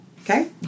okay